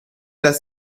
das